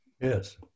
Yes